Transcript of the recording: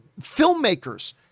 filmmakers